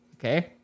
Okay